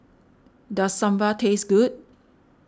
does Sambal taste good